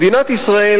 מדינת ישראל,